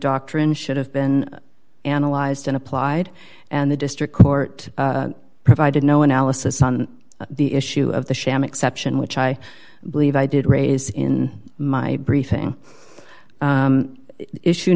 doctrine should have been analyzed and applied and the district court provided no analysis on the issue of the sham exception which i believe i did raise in my briefing issue